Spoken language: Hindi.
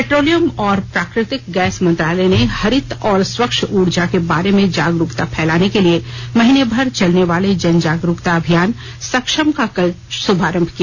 पेट्रोलियम और प्राकृतिक गैस मंत्रालय ने हरित और स्वच्छ ऊर्जा के बारे में जागरूकता फैलाने के लिए महीने भर चलने वाले जन जागरूकता अभियान सक्षम का कल शुभारंभ किया